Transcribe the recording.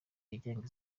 yigenga